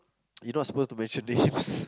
you not supposed to mention names